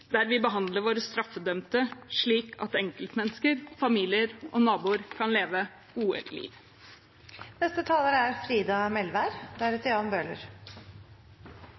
der menneskene lever trygge og frie liv, og der vi behandler våre straffedømte slik at enkeltmennesker, familier og naboer kan leve gode